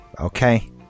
Okay